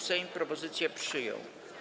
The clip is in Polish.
Sejm propozycję przyjął.